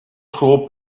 pro